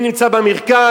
מי נמצא במרכז.